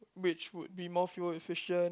which would be more fuel efficient